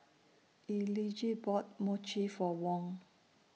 Elige bought Mochi For Wong